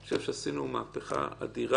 אני חושב שעשינו מהפכה אדירה.